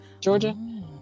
Georgia